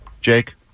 Jake